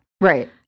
Right